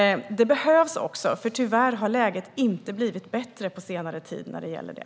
Det behövs, för tyvärr har läget inte blivit bättre på senare tid när det gäller det.